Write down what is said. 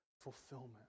fulfillment